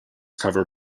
cover